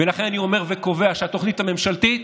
ולכן אני אומר וקובע שהתוכנית הממשלתית